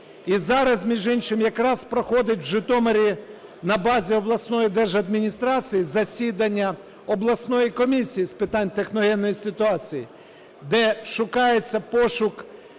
і зараз, між іншим, якраз проходить в Житомирі на базі обласної держадміністрації засідання обласної комісії з питань техногенної ситуації, де шукається пошук